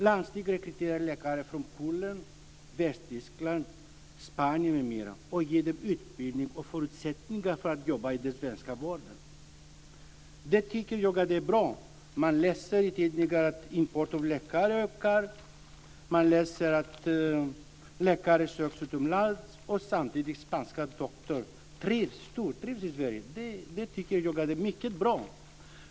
Landsting rekryterar läkare från Polen, Västtyskland, Spanien m.m. och ger dem utbildning och förutsättningar för att jobba i den svenska vården. Det tycker jag är bra. Man läser i tidningarna att importen av läkare ökar. Man kan läsa att läkare söks utomlands och att spanska doktorer stortrivs i Sverige. Det tycker jag är mycket bra.